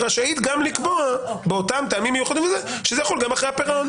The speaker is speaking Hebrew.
רשאית גם לקבוע באותם טעמים מיוחדים שזה יחול גם אחרי הפירעון.